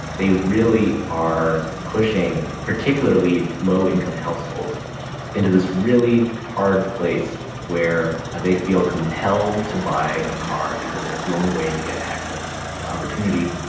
they really are pushing particularly low-income households into this really hard place where they feel compelled to buy a car because that's the only way to get access to opportunity,